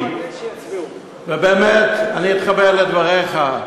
ובאמת אני אתחבר לדבריך,